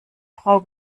frau